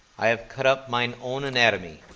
i have cut up mine own anatomy,